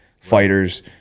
fighters